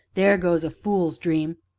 there goes a fool's dream!